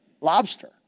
Lobster